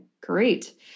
Great